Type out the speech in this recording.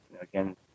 again